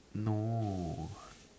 no